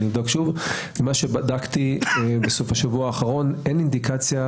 ממה שבדקתי בסוף השבוע האחרון אין רישום,